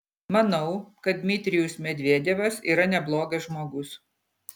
manau kad dmitrijus medvedevas yra neblogas žmogus